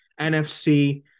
NFC